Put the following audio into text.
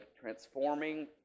transforming